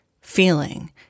feeling